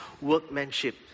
workmanship